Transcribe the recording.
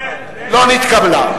עמיר פרץ,